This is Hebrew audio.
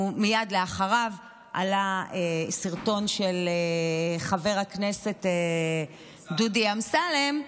ומייד אחריו עלה סרטון של חבר הכנסת דודי אמסלם,